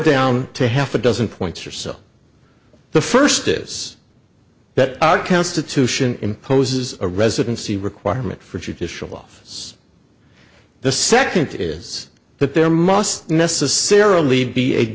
down to half a dozen points or so the first is that our constitution imposes a residency requirement for judicial office the second is that there must necessarily be a